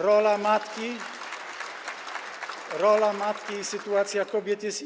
Rola matki i sytuacja kobiet jest